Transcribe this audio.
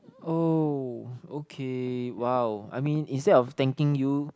oh okay !wow! I mean instead of thanking you